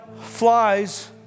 flies